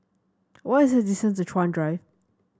what is the distance Chuan Drive